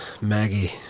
Maggie